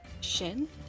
Shin